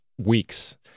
weeks